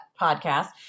podcast